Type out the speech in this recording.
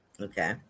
Okay